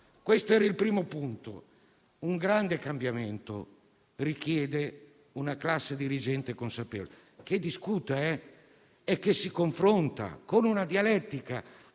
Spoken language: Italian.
Questo è il primo punto: un grande cambiamento richiede una classe dirigente consapevole, che discute e si confronta, con una dialettica